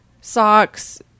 socks